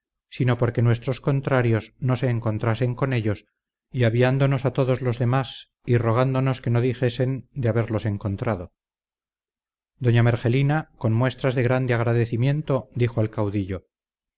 sino porque nuestros contrarios no se encontrasen con ellos y aviándonos a todos los demás y rogándonos que no dijesen de haberlos encontrado doña mergelina con muestras de grande agradecimiento dijo al caudillo